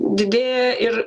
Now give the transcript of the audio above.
didėja ir